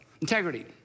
integrity